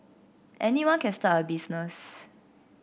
anyone can start a business